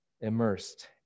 immersed